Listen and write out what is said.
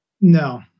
No